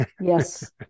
Yes